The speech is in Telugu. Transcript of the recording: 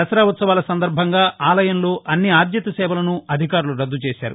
దసరా ఉ త్సవాల సందర్బంగా ఆలయంలో అన్ని ఆర్జిత సేవలను అధికారులు రద్దు చేశారు